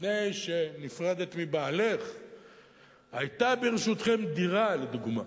לפני שנפרדת מבעלך היתה ברשותכם דירה,